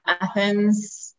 Athens